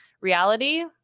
reality